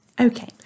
Okay